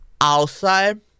outside